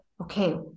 okay